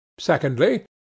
Secondly